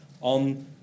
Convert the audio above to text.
on